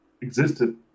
existed